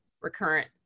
recurrent